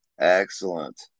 Excellent